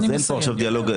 אז אין פה עכשיו דיאלוג,